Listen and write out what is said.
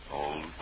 old